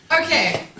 Okay